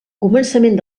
començament